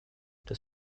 des